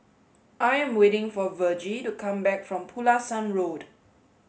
I am waiting for Vergie to come back from Pulasan Road